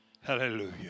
Hallelujah